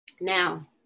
Now